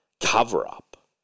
cover-up